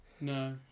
No